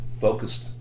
focused